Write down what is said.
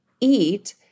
eat